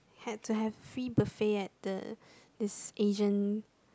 had to have free buffet at the this Asian